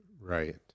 Right